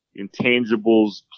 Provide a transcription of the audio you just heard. intangibles